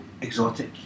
exotic